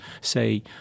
say